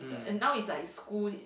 and now is like school